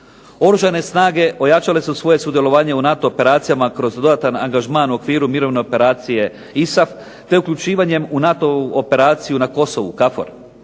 Oružane snage ojačale su svoje sudjelovanje u operacijama NATO kroz dodatan angažman u okviru mirovne operacije ISAP te uključivanje u NATO-vu operaciju na Kosovu KAFOR.